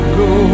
go